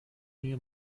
mir